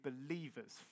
believers